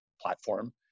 platform